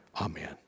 amen